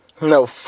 No